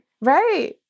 Right